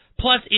plus